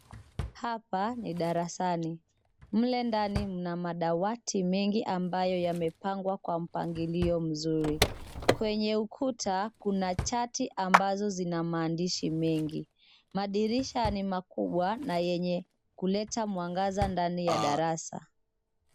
Hapa ni darasani. Mle ndani mna madawati mengi ambayo yamepangwa kwa mpangiliyo mzuri. Kwenye ukuta, kuna chati ambazo zina maandisi mengi. Madirisha ni makubwa na yenye kuleta mwangaza ndani ya darasa.